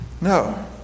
No